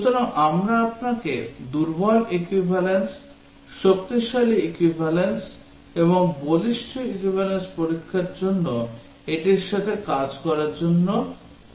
সুতরাং আমরা আপনাকে দুর্বল equivalence শক্তিশালী equivalence এবং বলিষ্ঠ equivalence পরীক্ষার জন্য এটির সাথে কাজ করার জন্য অনুরোধ করব